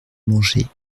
manger